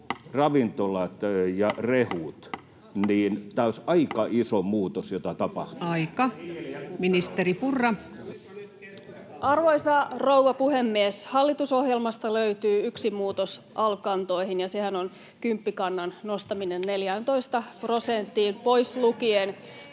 koputtaa] Tämä olisi aika iso muutos, joka tapahtuu. Ministeri Purra. Arvoisa rouva puhemies! Hallitusohjelmasta löytyy yksi muutos alv-kantoihin, ja sehän on kymppikannan nostaminen 14 prosenttiin pois lukien